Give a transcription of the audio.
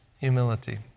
humility